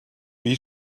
wie